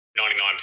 99%